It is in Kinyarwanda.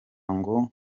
ngo